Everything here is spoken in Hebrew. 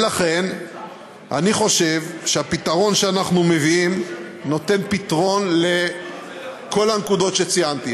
אני חושב שהפתרון שאנחנו מביאים נותן פתרון לכל הנקודות שציינתי.